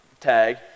tag